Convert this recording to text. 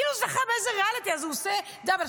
כאילו הוא זכה באיזה ריאליטי אז הוא עושה דאבל.